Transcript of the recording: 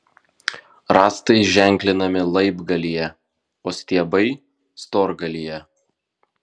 rąstai ženklinami laibgalyje o stiebai storgalyje